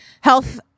health